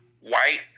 white